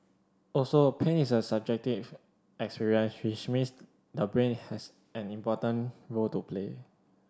also pain is a subjective experience which means the brain has an important role to play